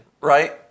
Right